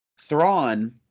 Thrawn